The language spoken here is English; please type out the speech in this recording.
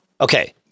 Okay